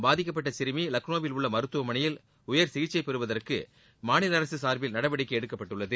பாதிக்கப்பட்ட சிறுமி லக்னோவில் உள்ள மருத்துவமனையில் உயர் சிகிச்சை பெறுவதற்கு மாநில அரசு சார்பில் நடவடிக்கை எடுக்கப்பட்டுள்ளது